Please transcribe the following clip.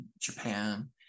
japan